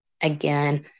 Again